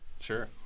Sure